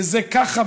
וזה ככה,